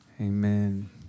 Amen